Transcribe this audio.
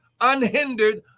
unhindered